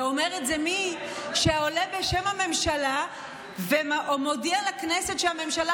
ואומר את זה מי שעולה בשם הממשלה ומודיע לכנסת שהממשלה